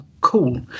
cool